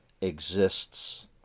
exists